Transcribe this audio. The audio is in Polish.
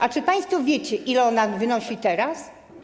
A czy państwo wiecie, ile ona wynosi teraz?